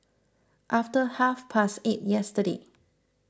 after half past eight yesterday